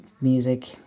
music